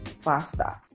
faster